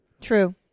True